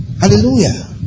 Hallelujah